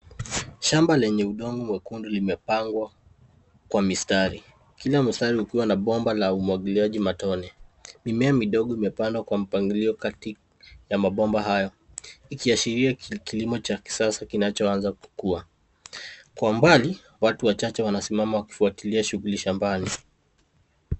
Shamba lenye udongo mwekundu limepandwa kwa mistari. Kila mistari likiwa na bomba la umwangiliaji matone. Mimea midogo imepandwa kwa mpangilio kati ya mabomba hayo ikiashiria kilimo cha kisasa kinachoanza kukuwa. Kwa mbali watu wachache wanasimama kufwatilia shuguli shambani.